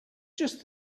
just